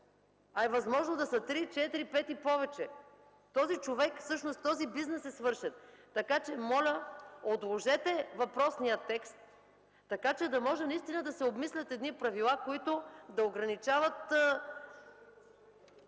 А е възможно да са три, четири, пет и повече. Този човек, всъщност този бизнес е свършен. Така че моля – отложете въпросния текст, за да може наистина да се обмислят едни правила, които да ограничават